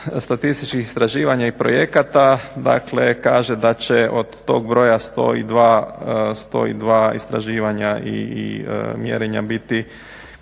statističkih istraživanja i projekata, dakle kaže da će od tog broja 102 istraživanja i mjerenja biti